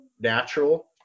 natural